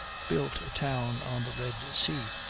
built a town on the red sea,